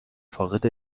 فاقد